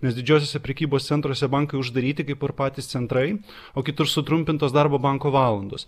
nes didžiuosiuose prekybos centruose bankai uždaryti kaip ir patys centrai o kitur sutrumpintos darbo banko valandos